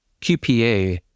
QPA